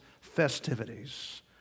festivities